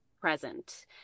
present